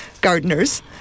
Gardeners